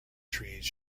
trees